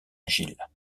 agile